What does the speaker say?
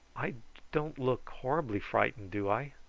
i don't look horribly frightened, do i?